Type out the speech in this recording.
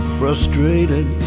frustrated